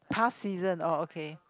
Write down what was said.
past season oh okay